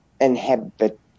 inhabit